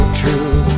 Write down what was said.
true